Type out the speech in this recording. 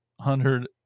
hundred